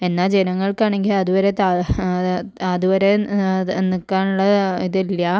എന്നാൽ ജനങ്ങൾക്കാണെങ്കിൽ അതുവരെ ത അതുവരെ നിൽക്കാനുള്ള ഇതില്ല